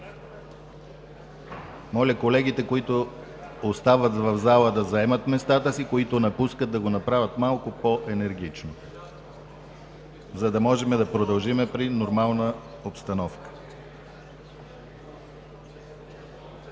Моля, колегите, които остават в залата, да заемат местата си, а които напускат, да го направят малко по-енергично, за да можем да продължим при нормална обстановка.